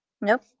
Nope